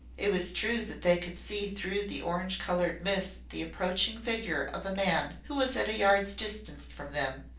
it was true that they could see through the orange-colored mist the approaching figure of a man who was at a yard's distance from them.